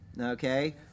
okay